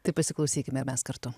tai pasiklausykime mes kartu